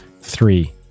three